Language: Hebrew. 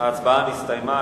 ההצבעה נסתיימה.